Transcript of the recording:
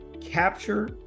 capture